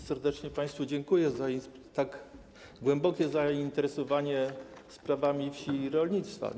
Serdecznie państwu dziękuję za tak głębokie zainteresowanie sprawami wsi i rolnictwa.